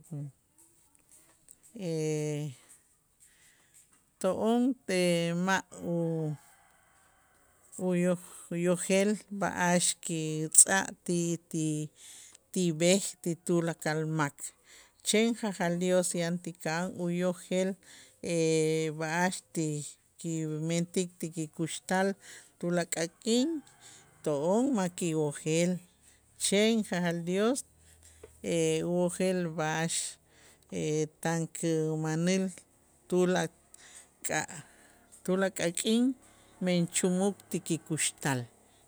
To'on ma' u- uyoj uyojel b'a'ax kitz'aj ti- ti- ti b'ej ti tulakal mak, chen jajal Dyos yan ti ka'an uyojel b'a'ax ti kimentik ti kikuxtal tulakal k'in to'on ma' kiwojel chen jajal Dyos uyojel b'a'ax tan kumanil tulaka'-tulakal k'in men chumuk ti kikuxtal.